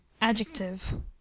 adjective